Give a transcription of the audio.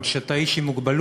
אבל כשאתה איש עם מוגבלות